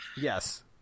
Yes